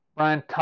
Brian